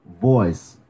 voice